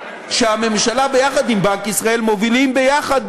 שהממשלה ביחד עם בנק ישראל מובילים ביחד,